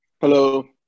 Hello